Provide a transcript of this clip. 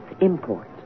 Imports